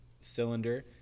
cylinder